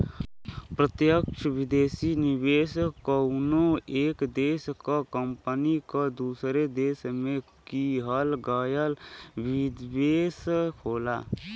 प्रत्यक्ष विदेशी निवेश कउनो एक देश क कंपनी क दूसरे देश में किहल गयल निवेश होला